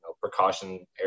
precautionary